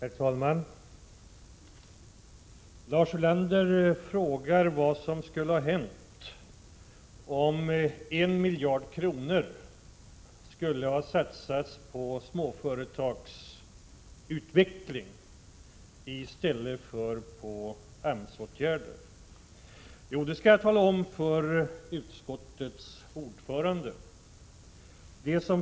Herr talman! Lars Ulander frågar vad som skulle ha hänt om 1 miljard kronor skulle ha satsats på småföretagsutveckling i stället för på AMS åtgärder. Det skall jag tala om för utskottets ordförande.